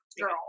girl